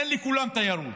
אין לכולם תיירות,